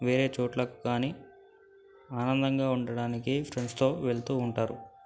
వేరే చోట్లకు కానీ ఆనందంగా ఉండడానికి ఫ్రెండ్స్తో వెళుతు ఉంటారు